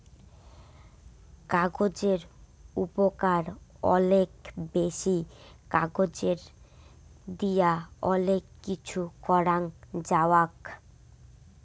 কাগজের উপকার অলেক বেশি, কাগজ দিয়া অলেক কিছু করাং যাওক